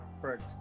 Correct